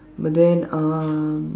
but then uh